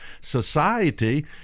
society